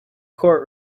court